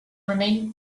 remaining